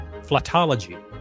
flatology